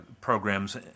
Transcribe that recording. programs